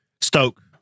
Stoke